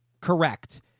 Correct